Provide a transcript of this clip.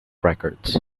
records